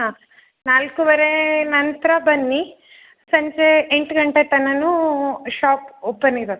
ಹಾಂ ನಾಲ್ಕುವರೆ ನಂತರ ಬನ್ನಿ ಸಂಜೆ ಎಂಟು ಗಂಟೆ ತನಕನೂ ಶಾಪ್ ಓಪನ್ ಇರುತ್ತೆ